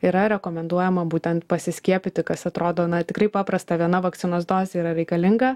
yra rekomenduojama būtent pasiskiepyti kas atrodo na tikrai paprasta viena vakcinos dozė yra reikalinga